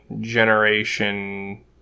Generation